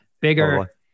bigger